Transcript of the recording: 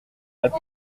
elles